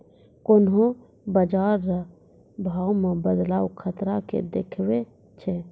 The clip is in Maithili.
कोन्हों बाजार रो भाव मे बदलाव खतरा के देखबै छै